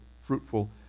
fruitful